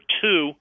two